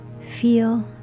Feel